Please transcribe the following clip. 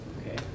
Okay